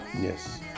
Yes